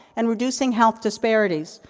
and reducing health disparities.